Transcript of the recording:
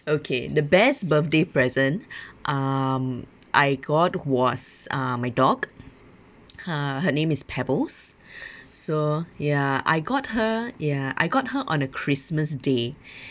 okay the best birthday present um I got was uh my dog ha her name is pebbles so ya I got her ya I got her on a christmas day ah